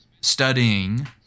studying